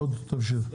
טוב תמשיך.